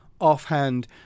offhand